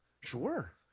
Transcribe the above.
Sure